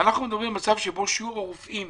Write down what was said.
שיעור הרופאים